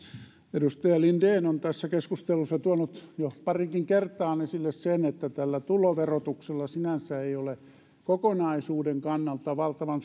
edustaja linden on tässä keskustelussa tuonut jo pariinkin kertaan esille sen että tällä tuloverotuksella sinänsä ei ole kokonaisuuden kannalta valtavan